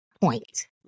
point